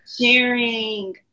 sharing